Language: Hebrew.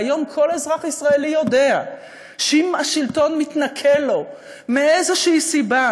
והיום כל אזרח ישראלי יודע שאם השלטון מתנכל לו מאיזושהי סיבה